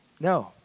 No